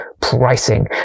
pricing